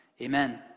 amen